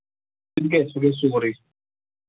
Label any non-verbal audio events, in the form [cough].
[unintelligible] سُہِ گژھِ سورُے